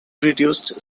reduced